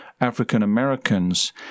african-americans